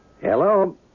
Hello